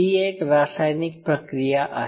ही एक रासायनिक प्रक्रिया आहे